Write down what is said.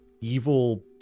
evil